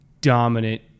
dominant